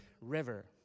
river